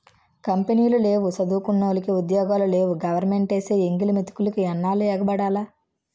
కంపినీలు లేవు సదువుకున్నోలికి ఉద్యోగాలు లేవు గవరమెంటేసే ఎంగిలి మెతుకులికి ఎన్నాల్లు ఎగబడాల